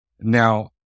now